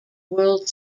world